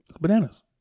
Bananas